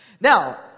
Now